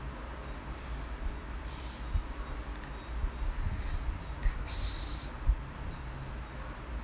s~